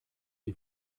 die